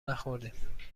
نخوردیم